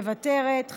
מוותרת,